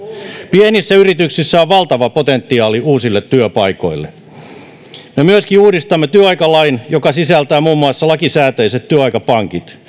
pienissä yrityksissä on valtava potentiaali uusille työpaikoille me myöskin uudistamme työaikalain joka sisältää muun muassa lakisääteiset työaikapankit